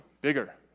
bigger